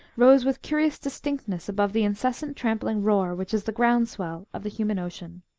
rose with curious distinctness above the incessant trampling roar which is the ground-swell of the human ocean.